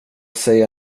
säga